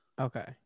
Okay